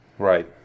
Right